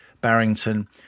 Barrington